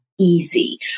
easy